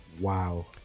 wow